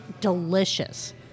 delicious